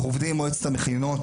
אנחנו עובדים עם מועצת מכינות,